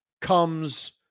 comes